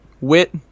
wit